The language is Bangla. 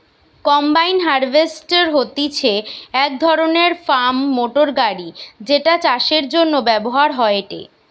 কম্বাইন হার্ভেস্টর হতিছে এক ধরণের ফার্ম মোটর গাড়ি যেটা চাষের জন্য ব্যবহার হয়েটে